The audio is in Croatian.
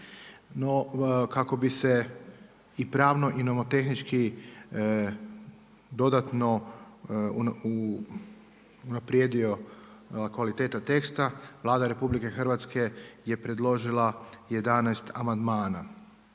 kako bi se i pravno i nomotehnički dodatno unaprijedio kvaliteta teksta, Vlada RH je predložila 11 amandmana.